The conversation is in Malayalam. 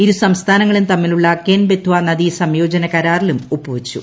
ഇരുസംസ്ഥാനനങ്ങളും തമ്മിലുള്ള കെൻ ബെത്വ നദീസംയോജന കരാറിലും ഒപ്പുവെച്ചു